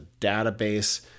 database